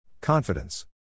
Confidence